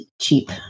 cheap